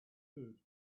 good